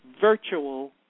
virtual